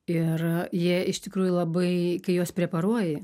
ir jie iš tikrųjų labai kai juos preparuoji